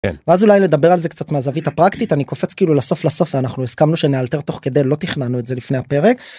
אז אולי לדבר על זה קצת מהזווית הפרקטית אני קופץ כאילו לסוף לסוף אנחנו הסכמנו שנאלתר תוך כדי לא תכננו את זה לפני הפרק.